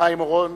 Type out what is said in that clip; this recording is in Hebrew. חיים אורון.